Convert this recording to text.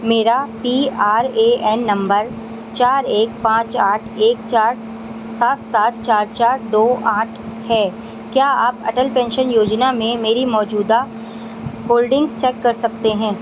میرا P R A N number چار ایک پانچ آٹھ ایک چار سات سات چار چار دو آٹھ ہے کیا آپ اٹل پینشن یوجنا میں میری موجودہ ہولڈنگز چیک کر سکتے ہیں